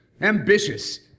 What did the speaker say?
ambitious